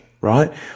right